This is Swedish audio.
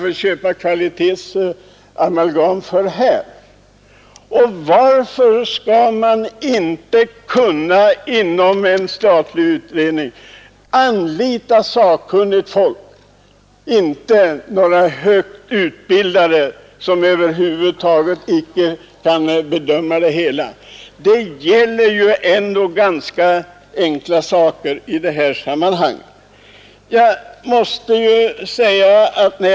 Jag har haft tillfälle att följa inköpen av amalgam. Utskottet har inte funnit att nämnden gjort några felaktiga inköp. Men varför har man då nu börjat köpa tysk amalgam för 120 kronor mer per kilo än man kan få kvalitetsamalgam för här?